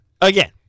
again